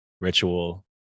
ritual